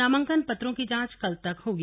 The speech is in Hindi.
नामांकन पत्रों की जांच कल तक होगी